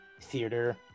theater